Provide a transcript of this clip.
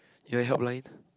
you want helpline